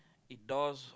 it doors